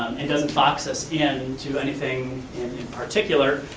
and doesn't box us in to anything in particular.